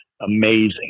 amazing